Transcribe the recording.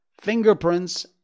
fingerprints